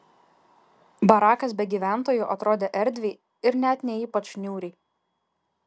barakas be gyventojų atrodė erdviai ir net ne ypač niūriai